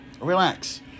Relax